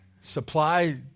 Supply